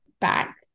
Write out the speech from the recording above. back